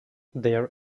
their